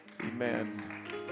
Amen